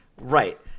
right